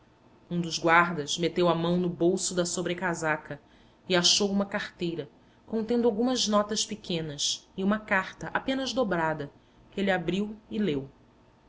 um dos guardas meteu a mão no bolso da sobrecasaca e achou uma carteira contendo algumas notas pequenas e uma carta apenas dobrada que ele abriu e leu